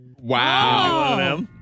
Wow